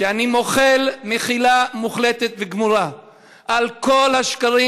שאני מוחל מחילה מוחלטת וגמורה על כל השקרים